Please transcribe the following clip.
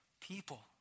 people